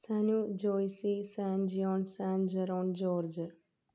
സനു ജോയ്സി സാൻജിയോൺ സാൻജറോൺ ജോർജ്